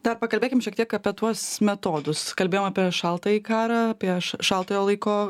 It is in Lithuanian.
dar pakalbėkim šiek tiek apie tuos metodus kalbėjom apie šaltąjį karą apie š šaltojo laiko